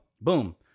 boom